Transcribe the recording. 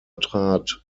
trat